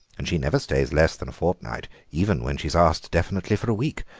and she never stays less than a fortnight, even when she's asked definitely for a week.